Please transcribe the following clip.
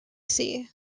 sea